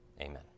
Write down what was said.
Amen